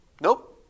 Nope